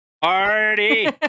Party